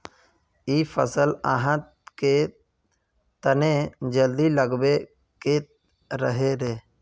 इ फसल आहाँ के तने जल्दी लागबे के रहे रे?